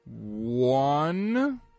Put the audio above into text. one